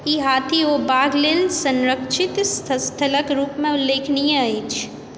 ई हाथी ओ बाघ लेल संरक्षित स्थलक रूपमे उल्लेखनीय अछि